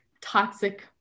toxic